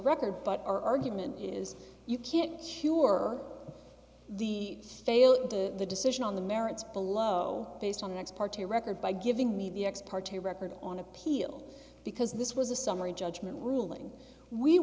record but our argument is you can't cure the failed to the decision on the merits below based on an ex parte record by giving me the ex parte record on appeal because this was a summary judgment ruling we